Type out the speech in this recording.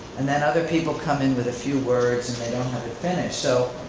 and then other people come in with a few words and they don't have it finished. so,